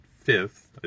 fifth